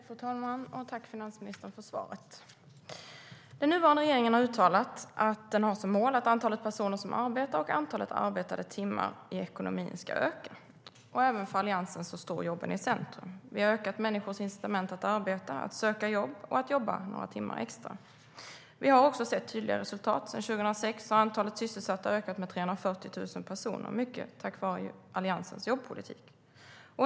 Fru talman! Tack, finansministern, för svaret! Vi har också sett tydliga resultat. Sedan 2006 har antalet sysselsatta ökat med 340 000 personer, mycket tack vare Alliansens jobbpolitik.